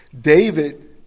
David